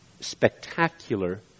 spectacular